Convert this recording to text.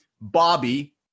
Bobby